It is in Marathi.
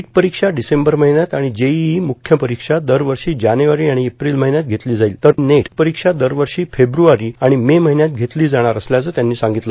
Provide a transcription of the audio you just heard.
नीट परीक्षा डिसेंबर महिन्यात आणि जेईई मुख्य परीक्षा दरवर्षी जानेवरी आणि एप्रिल महिन्यात घेतली जाईल तर नीट परीक्षा दरवर्षी फेब्रवारी आणि मे महिन्यात घेतली जाणार असल्याचं त्यांनी सांगितलं